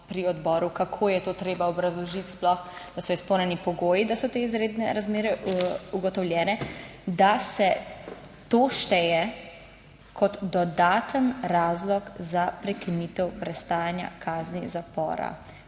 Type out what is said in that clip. kako je to treba obrazložiti sploh, da so izpolnjeni pogoji, da so te izredne razmere ugotovljene -, da se to šteje kot dodaten razlog za prekinitev prestajanja kazni zapora